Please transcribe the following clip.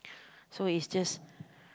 so is just